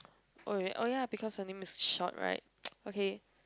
oh oh ya because her name is short right okay